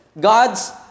God's